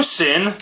sin